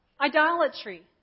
Idolatry